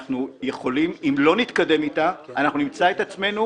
אם לא נתקדם איתה אנחנו נמצא את עצמנו